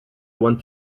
want